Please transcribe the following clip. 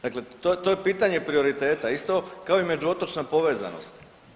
Dakle, to je pitanje prioriteta isto kao i međuotočna povezanost.